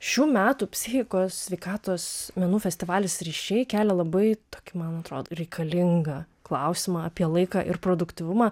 šių metų psichikos sveikatos menų festivalis ryšiai kelia labai tokį man atrodo reikalingą klausimą apie laiką ir produktyvumą